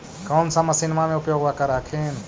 कौन सा मसिन्मा मे उपयोग्बा कर हखिन?